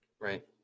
right